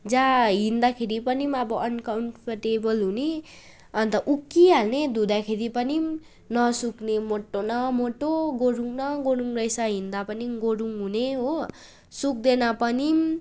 जाँ हिन्दा खेरि पनिम् अबो अनकम्फर्टेबल हुने अन्त उक्की हाल्ने धुँदा खेरि पनिम् नसुक्ने मोट्टो न मोटो गोरुङ न गोरुङ रैस हिन्दा पनि गोरुङ हुने हो सुक्देन पनिम्